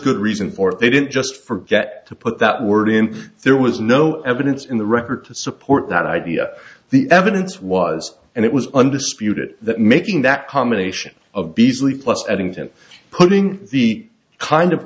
good reason for it they didn't just forget to put that word in there was no evidence in the record to support that idea the evidence was and it was undisputed that making that combination of